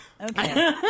Okay